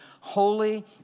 holy